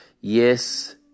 Yes